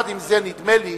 עם זה, נדמה לי